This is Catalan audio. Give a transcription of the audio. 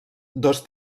dos